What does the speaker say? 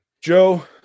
Joe